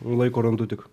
laiko randu tik